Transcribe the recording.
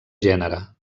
gènere